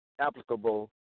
applicable